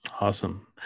Awesome